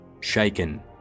Shaken